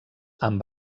amb